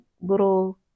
little